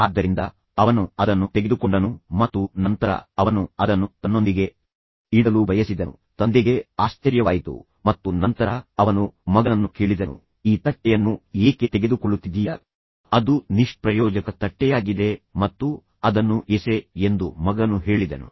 ಆದ್ದರಿಂದ ಅವನು ಅದನ್ನು ತೆಗೆದುಕೊಂಡನು ಮತ್ತು ನಂತರ ಅವನು ಅದನ್ನು ತನ್ನೊಂದಿಗೆ ಇಡಲು ಬಯಸಿದನು ತಂದೆಗೆ ಆಶ್ಚರ್ಯವಾಯಿತು ಮತ್ತು ನಂತರ ಅವನು ಮಗನನ್ನು ಕೇಳಿದನು ಈ ತಟ್ಟೆಯನ್ನು ಏಕೆ ತೆಗೆದುಕೊಳ್ಳುತ್ತಿದ್ದೀಯ ಅದು ನಿಷ್ಪ್ರಯೋಜಕ ತಟ್ಟೆಯಾಗಿದೆ ಮತ್ತು ಅದನ್ನು ಎಸೆ ಎಂದು ಮಗನು ಹೇಳಿದನು